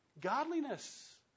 Godliness